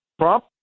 Trump